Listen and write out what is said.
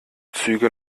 züge